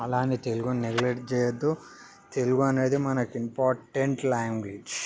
అలా అని తెలుగుని నెగ్లెక్ట్ చేయవద్దు తెలుగు అనేది మనకు ఇంపార్టెంట్ లాంగ్వేజ్